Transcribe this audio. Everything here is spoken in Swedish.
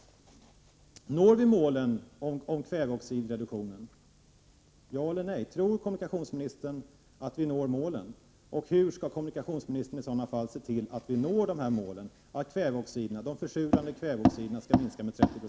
Då vill jag fråga: Når vi målen när det gäller kväveoxidreduktionen, ja eller nej? Tror kommunikationsministern att vi når målen, och hur skall kommunikationsministern i så fall se till att vi når målet att de försurande kväveoxiderna skall minska med 30 RH?